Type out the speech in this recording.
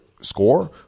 score